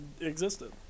existed